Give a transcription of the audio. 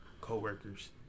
coworkers